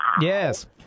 Yes